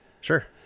Sure